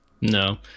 No